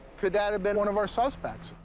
could that have been one of our suspects,